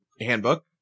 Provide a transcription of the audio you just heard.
handbook